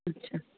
ଆଚ୍ଛା